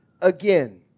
again